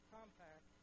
Compact